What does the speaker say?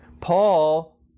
Paul